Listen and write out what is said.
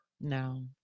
No